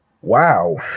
Wow